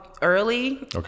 early